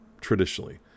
traditionally